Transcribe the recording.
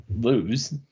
lose